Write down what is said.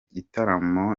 gitaramo